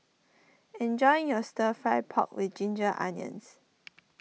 enjoy your Stir Fried Pork with Ginger Onions